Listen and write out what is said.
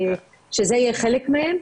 שזה יהיה חלק מהם.